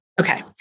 Okay